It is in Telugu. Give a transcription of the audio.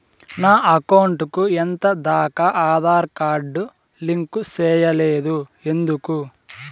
నా అకౌంట్ కు ఎంత దాకా ఆధార్ కార్డు లింకు సేయలేదు ఎందుకు